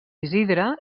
isidre